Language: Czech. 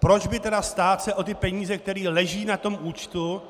Proč by tedy stát se o ty peníze, které leží na tom účtu,